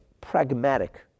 pragmatic